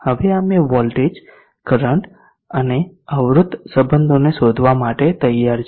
હવે અમે voltage current અને અવરોધ સંબંધોને શોધવા માટે તૈયાર છે